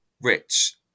rich